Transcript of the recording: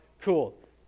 Cool